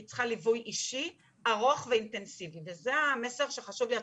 היא צריכה ליווי אישי ארוך ואינטנסיבי וזה המסר שחשוב לי להעביר.